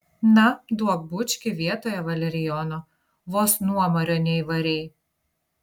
na duok bučkį vietoje valerijono vos nuomario neįvarei